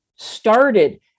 started